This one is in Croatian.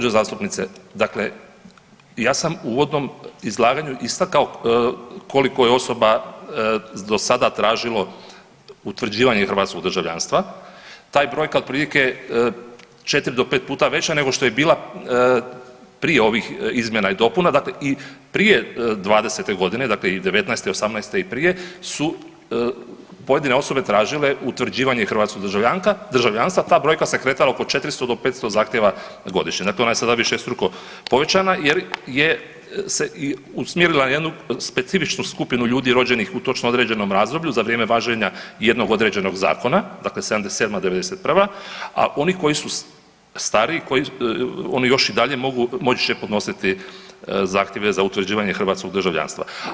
Poštovana gospođo zastupnice, dakle ja sam u uvodnom izlaganju istakao koliko je osoba do sada tražilo utvrđivanje hrvatskog državljanstva, ta je brojka otprilike 4 do 5 puta veća nego što je bila prije ovih izmjena i dopuna, dakle i prije 20.-te godine, dakle i 2019., 2018. i prije su pojedine osobe tražile utvrđivanje hrvatskog državljanstva, ta brojka se kretala oko 400 do 500 zahtjeva godišnje, dakle ona je sada višestruko povećana jer se i usmjerila na jednu specifičnu skupinu ljudi rođenih u točno određenom razdoblju za vrijeme važenja jednog određenog zakona, dakle 77.-91., a oni koji su stariji, oni još i dalje mogu i moći će podnositi zahtjeve za utvrđivanje hrvatskog državljanstva.